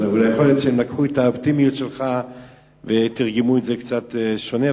יכול להיות שלקחו את האופטימיות שלך ותרגמו אותה למשהו שונה.